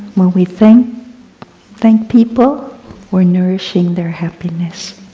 when we thank thank people, we are nourishing their happiness.